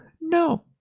No